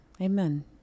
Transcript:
Amen